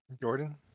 Jordan